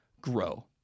grow